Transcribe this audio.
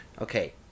okay